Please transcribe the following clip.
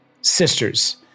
Sisters